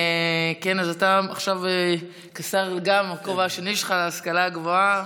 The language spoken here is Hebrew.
עכשיו אתה כשר בכובע השני שלך, השר להשכלה גבוהה.